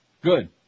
Good